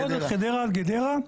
חדרה-גדרה,